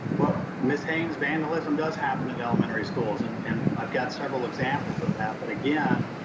well, ms. haynes, vandalism does happen at elementary schools and and i've got several examples of that, but again,